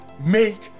make